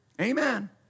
Amen